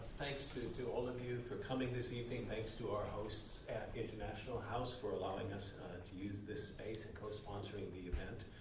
thanks to to all of you for coming this evening. thanks to our hosts at international house for allowing us to use this space and cosponsoring the event.